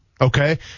okay